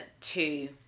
two